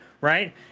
right